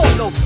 no